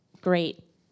great